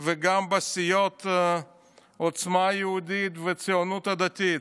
וגם בסיעות עוצמה יהודית והציונות הדתית: